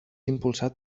impulsat